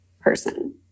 person